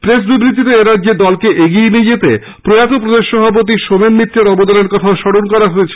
press বিবৃতিতে এরাজ্যে দলকে এগিয়ে নিয়ে যেতে প্রয়াত প্রদেশ সভাপতি সোমেন মিত্রের অবদানের কথাও স্মরণ করা হয়েছে